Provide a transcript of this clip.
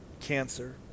cancer